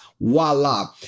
voila